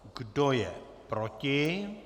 Kdo je proti?